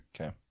Okay